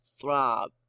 throb